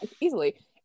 easily